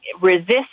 resist